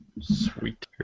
Sweet